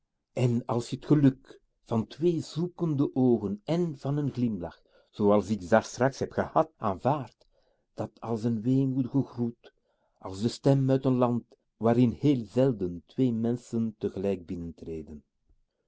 en als je t geluk van twee zoekende oogen èn van n glimlach zooals ik daarstraks hebt gehad aanvaardt dat als n weemoedigen groet als de stem uit n land waarin heel zelden twee m